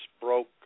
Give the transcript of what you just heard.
broke